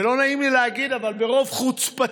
ולא נעים לי להגיד, אבל ברוב חוצפתו